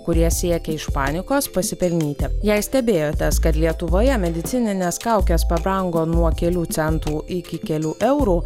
kurie siekia iš panikos pasipelnyti jei stebėjotės kad lietuvoje medicininės kaukės pabrango nuo kelių centų iki kelių eurų